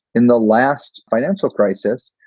in the last financial crisis,